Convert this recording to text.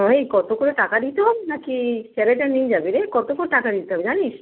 ওই কত করে টাকা দিতে হবে নাকি স্যারেরা নিয়ে যাবে রে কত করে টাকা দিতে হবে জানিস